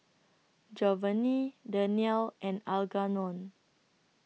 Jovany Daniele and Algernon